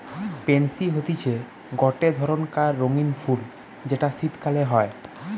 pansy হতিছে গটে ধরণকার রঙ্গীন ফুল যেটা শীতকালে হই